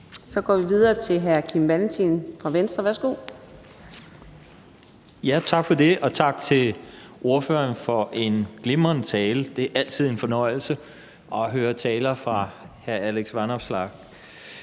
Så går vi videre til hr. Kim Valentin fra Venstre. Værsgo. Kl. 15:29 Kim Valentin (V): Tak for det, og tak til ordføreren for en glimrende tale. Det er altid en fornøjelse at høre taler fra hr. Alex Vanopslagh.